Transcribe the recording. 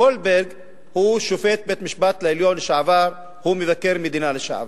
גולדברג הוא שופט בית-המשפט העליון לשעבר ומבקר המדינה לשעבר.